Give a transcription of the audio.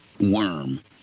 worm